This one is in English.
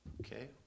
Okay